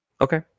Okay